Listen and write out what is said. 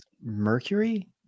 mercury